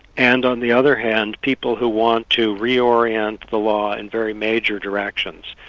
and on the other hand, people who want to reorient the law in very major directions.